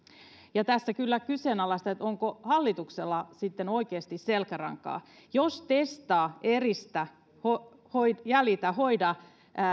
ja tässä kyllä kyseenalaistan onko hallituksella sitten oikeasti selkärankaa jos testaa eristä jäljitä ja hoida